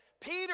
Peter